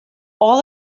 all